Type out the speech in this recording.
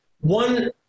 One